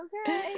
okay